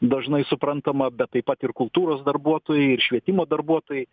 dažnai suprantama bet taip pat ir kultūros darbuotojai ir švietimo darbuotojai